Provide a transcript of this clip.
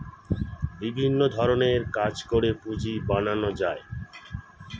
বিভিন্ন ধরণের কাজ করে পুঁজি বানানো যায়